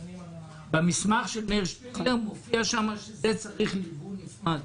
במסמך של מאיר שפיגלר מופיע שזה צריך מימון נפרד.